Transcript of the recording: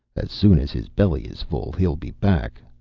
as soon as his belly is full he'll be back,